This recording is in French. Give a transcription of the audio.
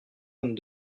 vingt